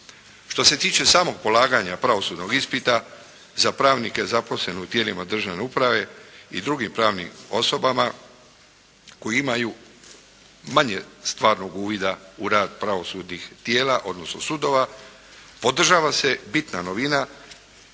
Što se tiče samog polaganja pravosudnog ispita za pravnike zaposlene u tijelima državne uprave i drugim pravnim osobama koje imaju manje stvarnog uvida u rad pravosudnih tijela odnosno sudova održava se bitna novina